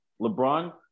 LeBron